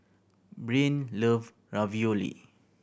Brynn love Ravioli